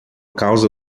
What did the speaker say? causa